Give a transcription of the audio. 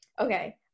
okay